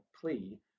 plea